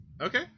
Okay